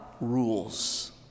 rules